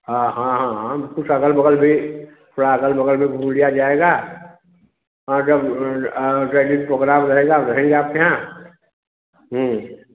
हाँ हाँ हाँ हम कुछ अगल बगल भी थोड़ा अगल बगल भी घूम लिया जाएगा हाँ जब जिस दिन पोग्राम रहेगा रहेंगे आपके यहाँ